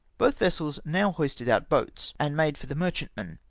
both vessels now hoisted our boats, and made for the merchantmen.